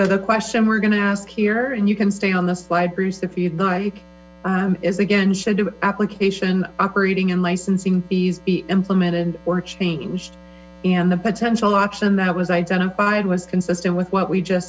so the question we're going to ask here and you can stay on the slide bruce if you'd like is again should the application operating and licensing fees be implemented or changed and the potential option that was identified was consistent with what we just